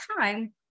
time